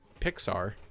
Pixar